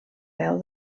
peu